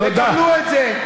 תקבלו את זה.